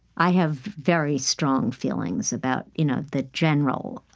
i have very strong feelings about you know the general